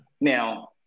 now